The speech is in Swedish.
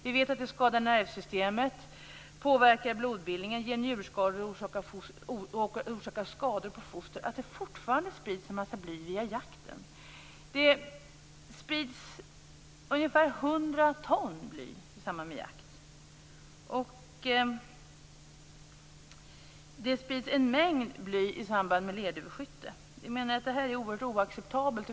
Vi vet att det skadar nervsystemet, påverkar blodbildningen, ger njurskador och orsakar skador på foster. Ändå sprids det fortfarande en massa bly via jakten. Det sprids ungefär 100 ton bly i samband med jakt och en stor mängd i samband med lerduveskytte. Detta är oacceptabelt.